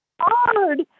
hard